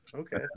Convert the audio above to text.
Okay